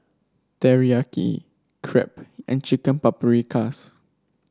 Teriyaki Crepe and Chicken Paprikas